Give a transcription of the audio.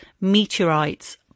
Meteorite's